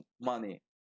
money